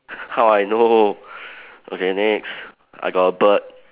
how I know okay next I got a bird